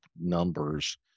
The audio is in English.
numbers